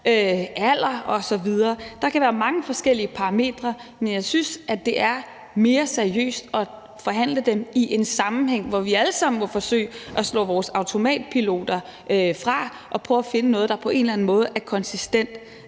alder osv. Der kan være mange forskellige parametre, men jeg synes, det er mere seriøst at forhandle dem i en sammenhæng, hvor vi alle sammen må forsøge at slå vores automatpiloter fra og prøve at finde noget, der på en eller anden måde er konsistent